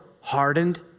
hardened